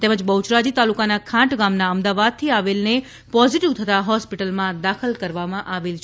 તેમજ બહુચરાજી તાલુકાના ખાંટ ગામના અમદાવાદથી આવેલને પોઝિટીવ થતા હોસ્પિટલમાં દાખલ કરવામાં આવેલ છે